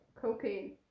cocaine